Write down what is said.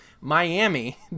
Miami